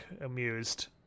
amused